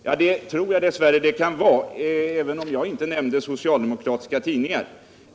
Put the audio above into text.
Jag tror dess värre att det kan vara så, även om jag inte nämnde socialdemokratiska tidningar.